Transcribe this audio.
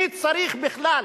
מי צריך בכלל